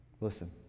listen